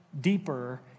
deeper